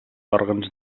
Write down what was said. òrgans